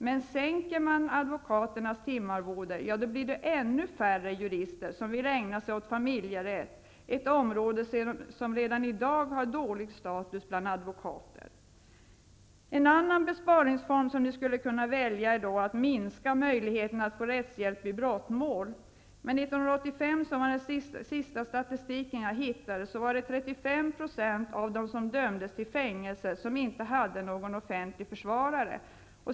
Men sänker man advokaternas timarvode blir det ännu färre jurister som vill ägna sig åt familjerätt, ett område som redan i dag har dålig status bland advokater. En annan besparingsform som ni skulle kunna välja är att minska möjligheterna att få rättshjälp vid brottmål. Men 1985, som var den senaste statistiken jag hittade, hade 35 % av dem som dömdes till fängelse inte någon offentlig försvarare.